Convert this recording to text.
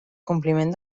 compliment